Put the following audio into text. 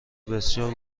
بسیار